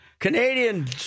Canadian